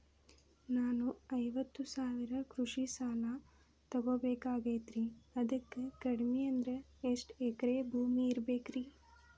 ನಾನು ಐವತ್ತು ಸಾವಿರ ಕೃಷಿ ಸಾಲಾ ತೊಗೋಬೇಕಾಗೈತ್ರಿ ಅದಕ್ ಕಡಿಮಿ ಅಂದ್ರ ಎಷ್ಟ ಎಕರೆ ಭೂಮಿ ಇರಬೇಕ್ರಿ?